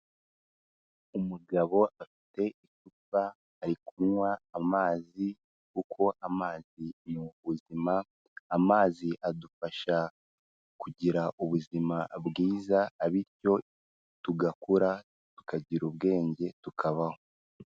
Umugabo afite icupa ari kunywa amazi kuko amazi ni ubuzima, amazi adufasha kugira ubuzima bwiza bityo tugakura tukagira ubwenge tukabaho.